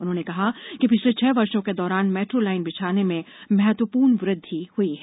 उन्होंने कहा कि पिछले छह वर्षो के दौरान मेट्रो लाइन बिछाने में महत्वपूर्ण वृद्धि हुई है